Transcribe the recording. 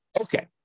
Okay